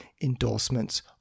endorsements